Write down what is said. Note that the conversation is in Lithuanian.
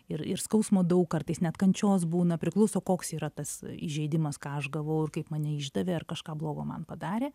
ir ir skausmo daug kartais net kančios būna priklauso koks yra tas įžeidimas ką aš gavau ir kaip mane išdavė ar kažką blogo man padarė